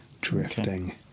drifting